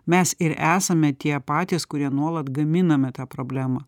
mes ir esame tie patys kurie nuolat gaminame tą problemą